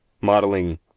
modeling